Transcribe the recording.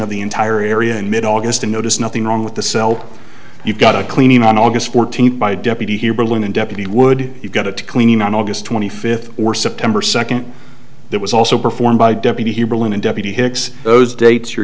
of the entire area in mid august and noticed nothing wrong with the cell you've got a cleaning on august fourteenth by deputy here berlin and deputy would you go to cleaning on august twenty fifth or september second there was also performed by deputy here berlin and deputy hicks those dates you're